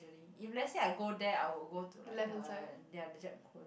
if let's say I go there I would go to like the ya the Jap~ Korean